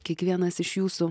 kiekvienas iš jūsų